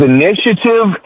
initiative